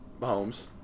Mahomes